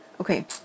Okay